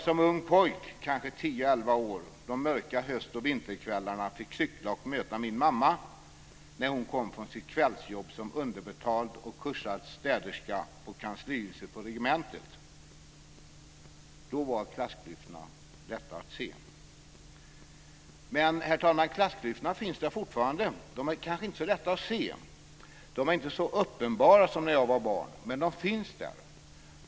Som ung pojk - kanske tio elva år - fick jag de mörka höst och vinterkvällarna cykla för att möta min mamma när hon kom från sitt kvällsjobb som underbetald och kuschad städerska på kanslihuset på regementet. Då var klassklyftorna lätta att se. Men, herr talman, klassklyftorna finns där fortfarande. De är kanske inte så lätta att se. De är inte så uppenbara som när jag var barn. Men de finns där.